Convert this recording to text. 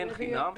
אין חינם.